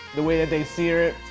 the way that they sear it,